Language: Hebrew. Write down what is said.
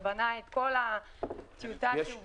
שבנה את כל הטיוטה כשהובאה לוועדה.